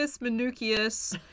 Minucius